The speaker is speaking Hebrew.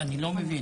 אני לא מבין.